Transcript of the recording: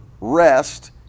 rest